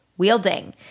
wielding